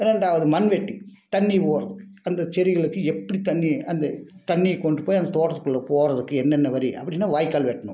இரண்டாவது மண்வெட்டி தண்ணி போகிறது அந்த செடிகளுக்கு எப்படி தண்ணி அந்த தண்ணி கொண்டுபோய் அந்த தோட்டத்துக்குள்ளே போகிறதுக்கு என்னென்ன வழி அப்படினா வாய்க்கால் வெட்டணும்